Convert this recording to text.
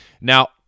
Now